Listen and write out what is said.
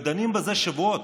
ודנים בזה שבועות.